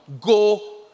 go